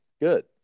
Good